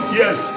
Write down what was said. yes